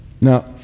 Now